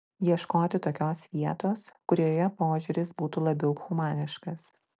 ieškoti tokios vietos kurioje požiūris būtų labiau humaniškas